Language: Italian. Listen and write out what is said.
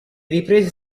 riprese